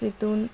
तितून